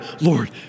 Lord